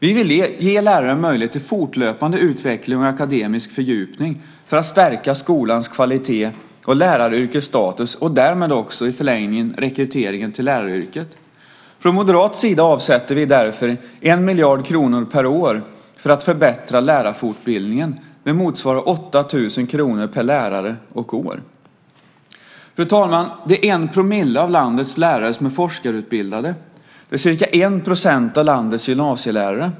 Vi vill ge lärare möjlighet till fortlöpande utveckling och akademisk fördjupning för att stärka skolans kvalitet och läraryrkets status och därmed också i förlängningen rekryteringen till läraryrket. Från moderat sida avsätter vi därför 1 miljard kronor per år för att förbättra lärarfortbildningen. Det motsvarar 8 000 kr per lärare och år. Fru talman! Det är 1 % av landets lärare som är forskarutbildade och ca 1 % av landets gymnasielärare.